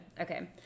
Okay